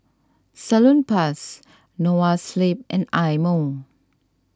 Salonpas Noa Sleep and Eye Mo